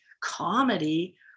comedy